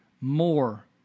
more